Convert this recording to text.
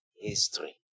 history